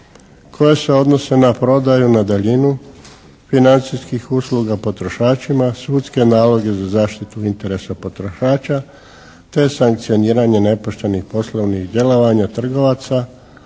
koja se odnose na prodaju na daljinu, financijskih usluga potrošačima, sudske naloge za zaštitu interesa potrošača te sankcioniranje nepoštenih poslovnih djelovanja trgovaca